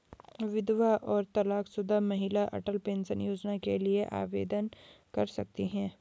विधवा और तलाकशुदा महिलाएं अटल पेंशन योजना के लिए आवेदन कर सकती हैं